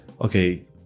Okay